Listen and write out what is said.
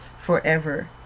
forever